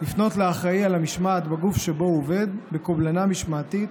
לפנות לאחראי על המשמעת בגוף שבו הוא עובד בקובלנה משמעתית